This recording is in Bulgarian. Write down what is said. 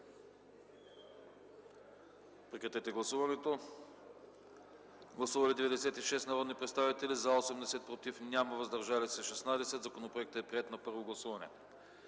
Режим на гласуване. Гласували 96 народни представители: за 80, против няма, въздържали се 16. Законопроектът е приет на първо гласуване.